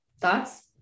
Thoughts